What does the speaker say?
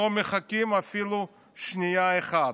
לא מחכים אפילו שנייה אחת.